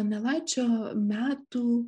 donelaičio metų